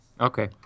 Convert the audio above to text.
okay